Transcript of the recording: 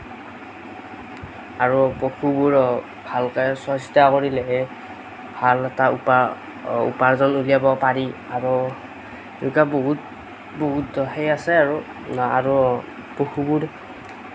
আৰু পশুবোৰক ভালকৈ চোৱা চিতা কৰিলেহে ভাল এটা উপা উপাৰ্জন উলিয়াব পাৰি আৰু এনেকুৱা বহুত বহুত সেই আছে আৰু আৰু পশুবোৰ